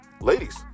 ladies